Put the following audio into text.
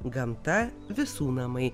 gamta visų namai